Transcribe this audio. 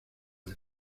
del